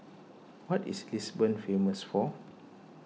what is Lisbon famous for